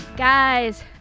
Guys